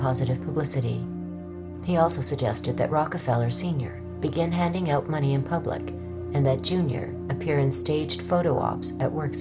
positive publicity he also suggested that rockefeller sr begin handing out money in public and that junior appear in staged photo ops at work